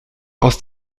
aus